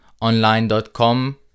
online.com